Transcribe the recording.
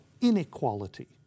inequality